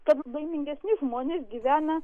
tad laimingesni žmonės gyvena